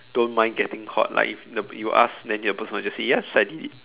don't mind getting caught like if the you ask then the person will just say yes I did it